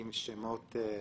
עם שמות?